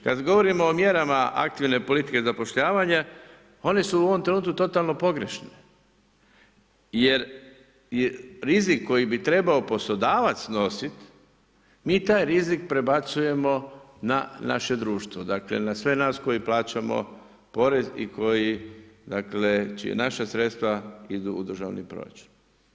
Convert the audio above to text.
Kada govorimo o mjerama aktivne politike zapošljavanja, one su u ovom trenutku totalno pogrešne jer rizik koji bi trebao poslodavac nosit, mi taj rizik prebacujemo na naše društvo, na sve nas koji plaćamo porez i čija naša sredstva idu u državni proračun.